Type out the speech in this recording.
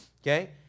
Okay